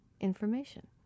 information